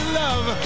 love